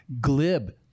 glib